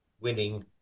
winning